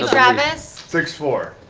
travis six-four.